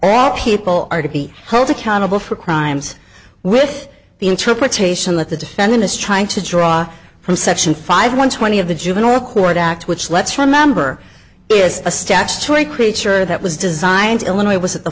that people are to be held accountable for crimes with the interpretation that the defendant is trying to draw from section five hundred twenty of the juvenile record act which let's remember is a statutory creature that was designed illinois was at the